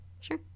Sure